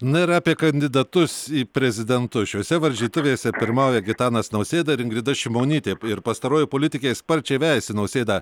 na ir apie kandidatus į prezidentus šiose varžytuvėse pirmauja gitanas nausėda ir ingrida šimonytė ir pastaroji politikė sparčiai vejasi nausėdą